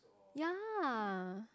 ya